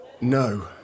No